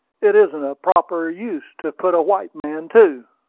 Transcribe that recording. it isn't a proper use to put a white man to.